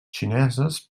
xineses